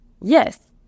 Yes